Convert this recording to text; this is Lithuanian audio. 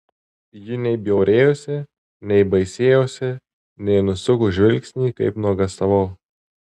ji nei bjaurėjosi nei baisėjosi nei nusuko žvilgsnį kaip nuogąstavau